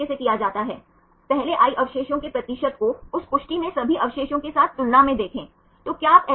अब प्रति बार 36 अवशेष और 54 then प्रति मोड़ फिर प्रति अवशेष वृद्धि क्या है